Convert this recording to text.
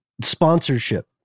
sponsorship